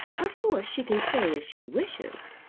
of course she can stay if she wishes.